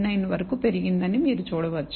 99 వరకు పెరిగిందని మీరు చూడవచ్చు